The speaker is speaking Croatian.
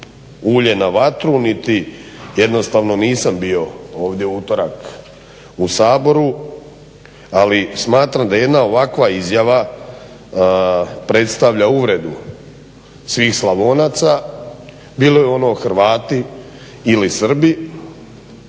ulje na vatru niti jednostavno nisam bio ovdje u utorak u Saboru, ali smatram da jedna ovakva izjava predstavlja uvredu svih Slavonaca, bili oni Hrvati ili Srbi,